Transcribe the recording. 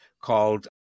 called